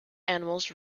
animals